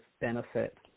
benefit